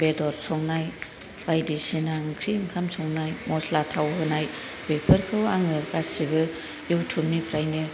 बेदर संनाय बायदिसिना ओंख्रि ओंखाम संनाय मसला थाव होनाय बेफोरखौ आङो गासिबो युटुबनिफ्रायनो